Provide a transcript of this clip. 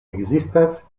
ekzistas